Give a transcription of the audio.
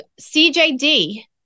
CJD